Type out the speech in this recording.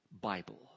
Bible